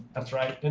that's right. and